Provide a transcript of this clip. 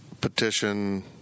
petition –